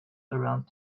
around